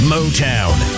Motown